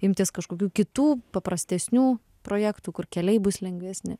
imtis kažkokių kitų paprastesnių projektų kur keliai bus lengvesni